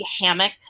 hammock